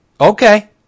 okay